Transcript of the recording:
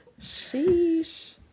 sheesh